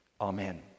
Amen